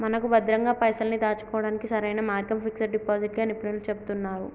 మనకు భద్రంగా పైసల్ని దాచుకోవడానికి సరైన మార్గం ఫిక్స్ డిపాజిట్ గా నిపుణులు చెబుతున్నారు